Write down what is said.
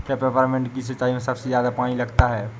क्या पेपरमिंट की सिंचाई में सबसे ज्यादा पानी लगता है?